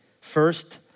First